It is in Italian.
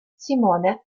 simone